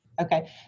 Okay